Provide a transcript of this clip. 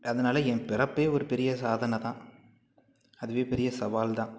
அதுனால என் பிறப்பே ஒரு பெரிய சாதனை தான் அதுவே பெரிய சவால் தான்